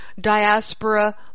diaspora